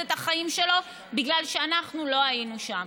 את החיים שלו בגלל שאנחנו לא היינו שם.